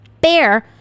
bear